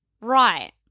Right